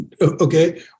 Okay